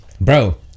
bro